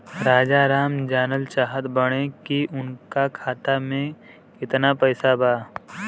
राजाराम जानल चाहत बड़े की उनका खाता में कितना पैसा बा?